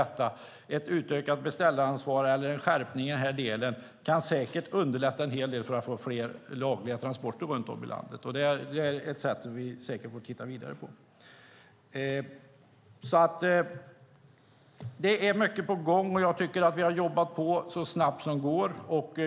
Ett utökat beställaransvar eller en skärpning i den här delen kan säkert underlätta en hel del för att få fler lagliga transporter runt om i landet, och det är något vi säkert får titta vidare på. Det är alltså mycket på gång. Jag tycker att vi har jobbat så snabbt som det går.